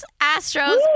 Astros